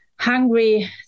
hungry